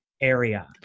area